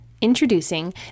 Introducing